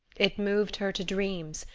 it moved her to dreams,